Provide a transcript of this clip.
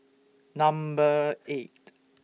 Number eight